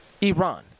Iran